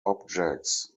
objects